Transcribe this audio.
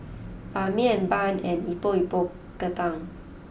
Ban Mian Bun and Epok Epok Kentang